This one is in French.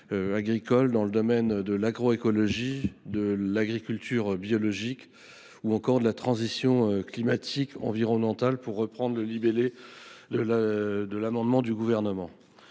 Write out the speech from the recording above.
agricoles dans les domaines de l’agroécologie, de l’agriculture biologique ou encore de la transition climatique et environnementale, pour reprendre le dispositif de l’amendement du Gouvernement.